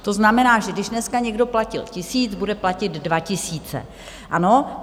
To znamená, že když dneska někdo platil tisíc, bude platit dva tisíce, ano?